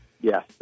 Yes